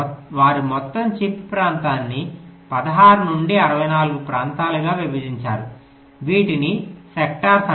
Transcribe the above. వారు మొత్తం చిప్ ప్రాంతాన్ని 16 నుండి 64 ప్రాంతాలుగా విభజించారు వీటిని సెక్టార్ అంటారు